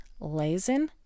Lazen